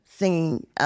singing